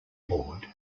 board